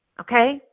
okay